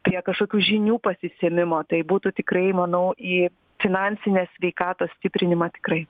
prie kažkokių žinių pasisėmimo tai būtų tikrai manau į finansinės sveikatos stiprinimą tikrai